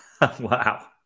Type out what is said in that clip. wow